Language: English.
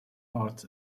arts